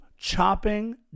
chopping